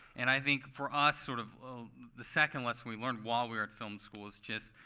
and i think, for us, sort of the second lesson we learned while we were at film school is just,